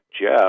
Jeff